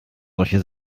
solche